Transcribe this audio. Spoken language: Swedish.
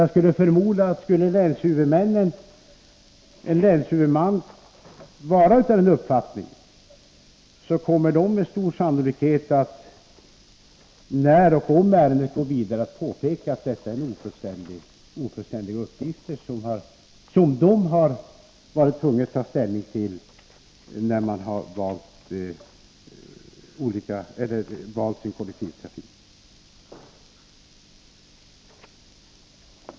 Jag skulle förmoda att de länshuvudmän som eventuellt anser detta vara fallet, om och när ärendet går vidare, med stor sannolikhet påpekar att det är ofullständiga uppgifter som de varit tvungna att ta ställning på när de valt sin kollektivtrafik.